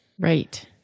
Right